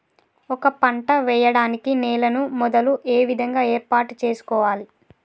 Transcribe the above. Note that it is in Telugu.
ఒక పంట వెయ్యడానికి నేలను మొదలు ఏ విధంగా ఏర్పాటు చేసుకోవాలి?